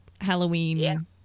Halloween